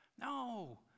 No